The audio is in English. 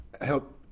Help